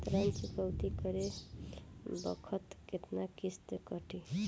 ऋण चुकौती करे बखत केतना किस्त कटी?